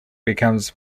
becomes